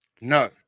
No